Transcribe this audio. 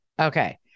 Okay